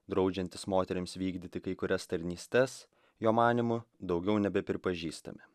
draudžiantys moterims vykdyti kai kurias tarnystes jo manymu daugiau nebepripažįstami